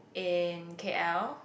in K_L